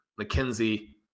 McKenzie